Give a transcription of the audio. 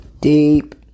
Deep